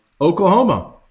Oklahoma